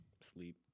Sleep